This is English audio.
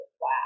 Wow